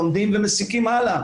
לומדים ומסיקים הלאה.